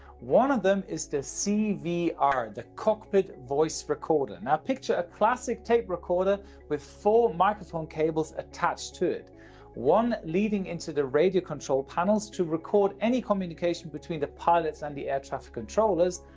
one of them is the cvr the cockpit voice recorder. now, picture a classic tape recorder with four microphone cables attached to it one leading into the radio control panels to record any communication between the pilots and the air traffic controllers,